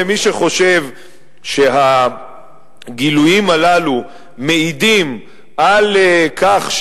למי שחושב שהגילויים הללו מעידים על כך,